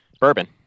Bourbon